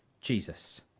Jesus